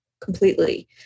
completely